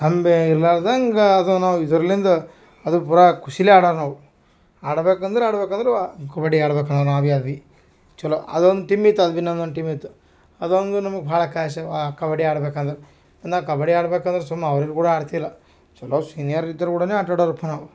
ಅಂಬೆ ಇಲ್ಲಾದಂಗ ಅದು ನಾವು ಇದರ್ಲಿಂದ ಅದು ಪೂರ ಖುಷಿಲೆ ಆಡೋರ್ ನಾವು ಆಡ್ಬೇಕಂದ್ರೆ ಆಡ್ಬೇಕಂದ್ರೆ ವಾ ಕಬಡ್ಡಿ ಆಡ್ಬೇಕು ನಾವು ಯಾವುದ್ ಬಿ ಚಲೋ ಅದೊಂದು ಟೀಮ್ ಇತ್ತು ಅದು ಬಿ ನಮ್ದೊಂದು ಟೀಮ್ ಇತ್ತು ಅದೊಂದು ನಮಗೆ ಭಾಳ ಕಾಶ ಆ ಕಬಡ್ಡಿ ಆಡ್ಬೇಕಂದ್ರೆ ಇನ್ನು ಕಬಡ್ಡಿ ಆಡ್ಬೇಕಂದ್ರೆ ಸುಮ್ ಅವರಿಗು ಕೂಡ ಆಡ್ತಿಲ್ಲ ಚಲೋ ಸೀನಿಯರ್ ಇದ್ರು ಗೂಡಾನೆ ಆಟ ಆಡೂರಪ್ಪ ನಾವು